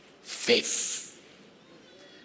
faith